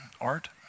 art